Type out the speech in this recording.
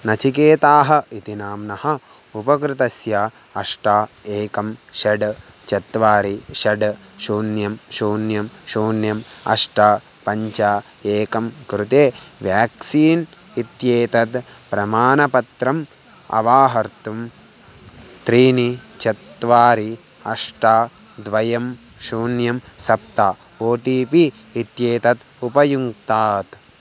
नचिकेताः इति नाम्नः उपकृतस्य अष्ट एकं षड् चत्वारि षड् शून्यं शून्यं शून्यम् अष्ट पञ्च एकं कृते व्याक्सीन् इत्येतद् प्रमाणपत्रम् अवाहर्तुं त्रीणि चत्वारि अष्ट द्वयं शून्यं सप्त ओ टि पि इत्येतत् उपयुङ्क्तात्